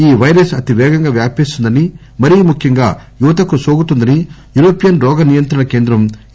ఈ పైరస్ అతి వేగంగా వ్యాపిస్తుందని మరీ ముఖ్యంగా యువతకు నోకుతుందని యురోపియస్ రోగ నియంత్రణ కేంద్రం ఈ